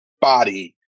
body